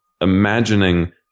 imagining